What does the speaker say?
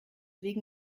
wegen